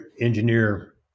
Engineer